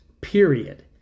period